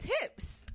tips